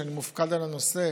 כשאני מופקד על הנושא,